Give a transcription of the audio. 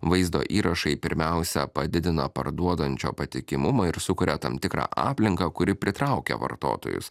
vaizdo įrašai pirmiausia padidina parduodančio patikimumą ir sukuria tam tikrą aplinką kuri pritraukia vartotojus